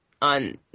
on